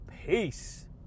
Peace